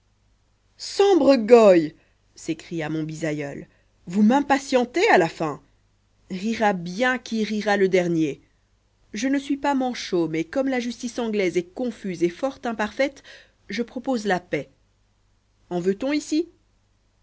sambre goy s'écria mon bisaïeul vous m'impatientez à la fin rira bien qui rira le dernier je ne suis pas manchot mais comme la justice anglaise est confuse et fort imparfaite je propose la paix en veut-on ici